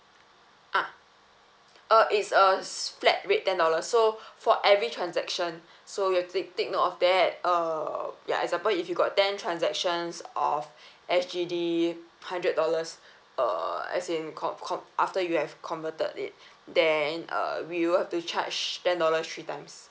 ah uh it's a flat rate ten dollars so for every transaction so you have take take note of that uh ya example if you got ten transactions of S_G_D hundred dollars uh as in con~ con~ after you have converted it then uh we will have to charge ten dollars three times